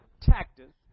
tactics